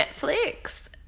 Netflix